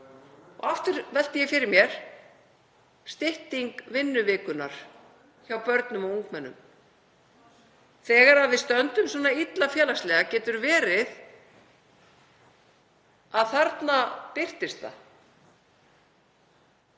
Aftur velti ég fyrir mér styttingu vinnuvikunnar hjá börnum og ungmennum. Þegar við stöndum illa félagslega getur verið að þarna birtist það.